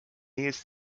jest